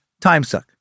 timesuck